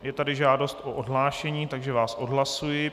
Je tady žádost o odhlášení, takže vás odhlašuji.